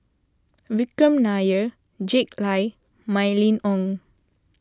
Vikram Nair Jack Lai and Mylene Ong